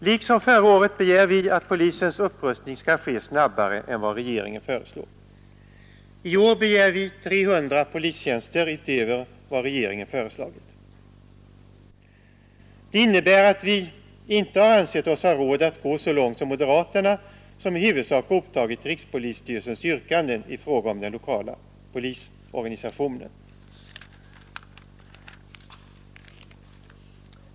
Liksom förra året begär vi att polisens upprustning skall ske snabbare än vad regeringen föreslår. I år begär vi 300 polistjänster utöver vad regeringen föreslagit. Det innebär att vi inte ansett oss ha råd att gå så långt som moderaterna, som i huvudsak godtagit rikspolisstyrelsens yrkanden i fråga om den lokala polisorganisationen.